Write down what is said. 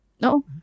no